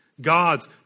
God's